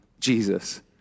Jesus